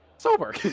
Sober